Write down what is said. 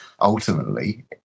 ultimately